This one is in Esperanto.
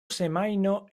semajno